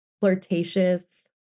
flirtatious